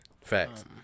Facts